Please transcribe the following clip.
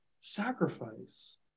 sacrifice